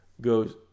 goes